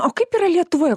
o kaip yra lietuvoje